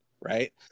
right